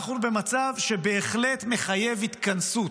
אנחנו במצב שבהחלט מחייב התכנסות,